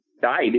died